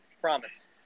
Promise